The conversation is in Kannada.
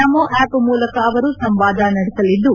ನಮೋ ಆ್ವಪ್ ಮೂಲಕ ಅವರು ಸಂವಾದ ನಡೆಸಲಿದ್ದು